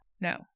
no